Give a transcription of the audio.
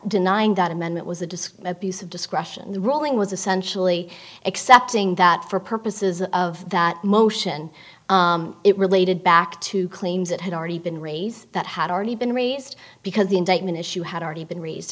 denying that amendment was a disc abuse of discretion the ruling was essentially accepting that for purposes of that motion it related back to claims that had already been raise that had already been raised because the indictment issue had already been raised